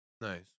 Nice